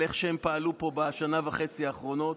איך שהם פעלו פה בשנה וחצי האחרונות.